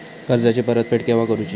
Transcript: कर्जाची परत फेड केव्हा करुची?